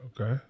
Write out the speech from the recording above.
Okay